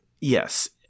Yes